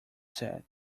said